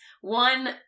one